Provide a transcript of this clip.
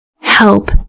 help